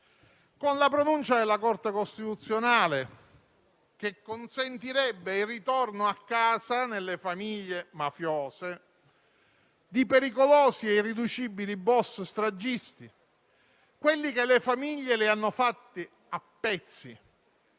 con la pronuncia della Corte costituzionale che consentirebbe il ritorno a casa, nelle famiglie mafiose, di pericolosi e irriducibili boss stragisti, quelli che le famiglie le hanno fatte a pezzi.